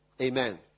Amen